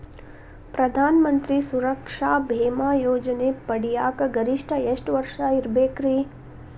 ಪ್ರಧಾನ ಮಂತ್ರಿ ಸುರಕ್ಷಾ ಭೇಮಾ ಯೋಜನೆ ಪಡಿಯಾಕ್ ಗರಿಷ್ಠ ಎಷ್ಟ ವರ್ಷ ಇರ್ಬೇಕ್ರಿ?